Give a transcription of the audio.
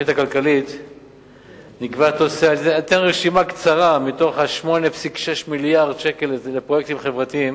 אני אתן רשימה קצרה מתוך 8.6 מיליארדי השקלים לפרויקטים חברתיים